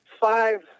five